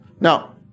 Now